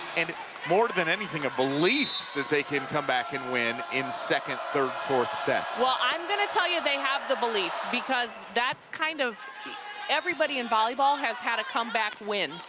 and more than anything, a belief that they can come back and win in second, third, fourth sets. well, i'm going to tell you they have the belief, because that's kind of everybody in volleyball has had a comeback win.